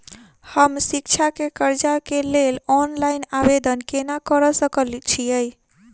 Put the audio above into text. हम शिक्षा केँ कर्जा केँ लेल ऑनलाइन आवेदन केना करऽ सकल छीयै?